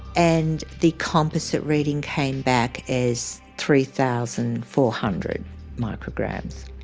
and the composite reading came back as three thousand four hundred micrograms.